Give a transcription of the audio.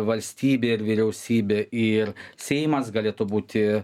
valstybė ir vyriausybė ir seimas galėtų būti